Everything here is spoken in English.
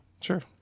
Sure